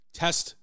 test